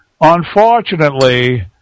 Unfortunately